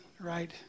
right